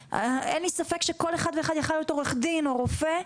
אין לי ספק שכל אחד ואחד יכול היה להיות עורך דין או רופא,